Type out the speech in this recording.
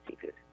seafood